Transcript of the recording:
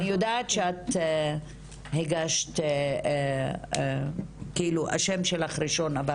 אני יודעת שההצעה שלך ושהשם שלך רשום בה ראשון,